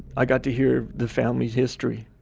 i got to hear the family's history,